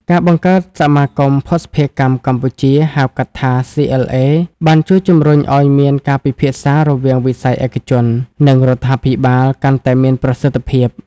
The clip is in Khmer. ការបង្កើតសមាគមភស្តុភារកម្មកម្ពុជា ( ហៅកាត់ថា CLA) បានជួយជំរុញឱ្យមានការពិភាក្សារវាងវិស័យឯកជន និងរដ្ឋាភិបាលកាន់តែមានប្រសិទ្ធភាព។